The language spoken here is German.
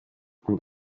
und